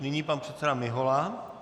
Nyní pan předseda Mihola.